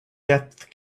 depth